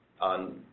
on